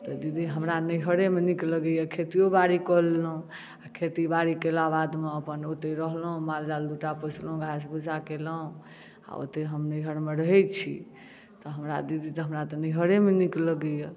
तऽ दीदी हमरा नैहरे मे नीक लगैया खेतियो बाड़ी कऽ लेलहुॅं आ खेती बाड़ी केला के बाद मे अपन ओतय रहलहुॅं माल जाल दूटा पोसलहुॅं घास भूसा केलहुॅं आ ओतय हम नैहर मे रहै छी तऽ हमरा दीदी हमरा तऽ नैहरे मे नीक लगैया